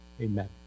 Amen